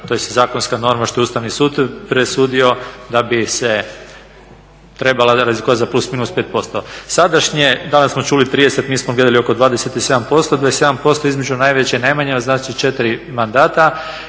tj. zakonska norma što je Ustavni sud presudio da bi se trebala razlikovati za plus minus pet posto. Sadašnje, danas smo čuli 30, mi smo mjerili oko 27%, 27% između najveće i najmanje, a znači 4 mandata.